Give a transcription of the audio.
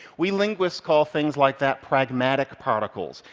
we linguists call things like that pragmatic particles.